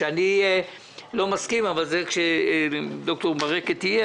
כאילו שאני לא מסכים כאשר ד"ר ברקת יהיה